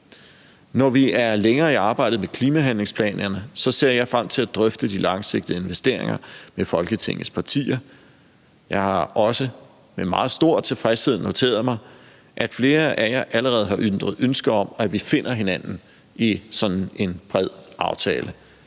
Når vi er længere i arbejdet med klimahandlingsplanerne, ser jeg frem til at drøfte de langsigtede investeringer med Folketingets partier. Jeg har også med meget stor tilfredshed noteret mig, at flere af jer allerede har ytret ønske om, at vi finder hinanden i sådan en bred aftale.